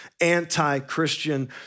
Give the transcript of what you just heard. anti-Christian